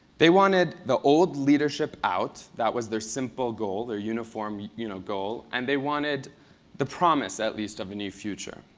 they wanted the old leadership out. that was their simple goal, their uniform, you know, goal. and they wanted the promise, at least, of a new future.